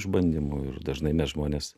išbandymų ir dažnai mes žmonės